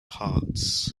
hearts